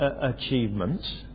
achievements